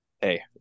Hey